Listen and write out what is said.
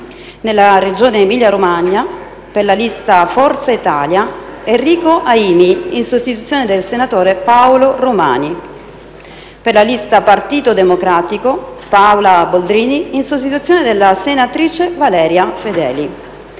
nella Regione Emilia-Romagna: per la lista «Forza Italia», Enrico Aimi, in sostituzione del senatore Paolo Romani; per la lista «Partito democratico», Paola Boldrini, in sostituzione della senatrice Valeria Fedeli;